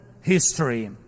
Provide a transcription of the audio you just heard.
history